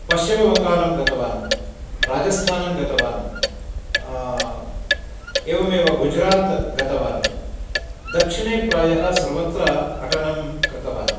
पश्चिमबङ्गालं गतवान् राजस्थानं गतवान् एवमेव गुजरात् गतवान् दक्षिणे प्रायः सर्वत्र अटनं कृतवान्